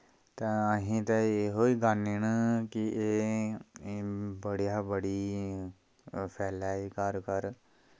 ते अहीं ते एहो गाने न कि एह् बड़े कशा बड़ी फैले एह् घर घर